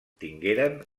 tingueren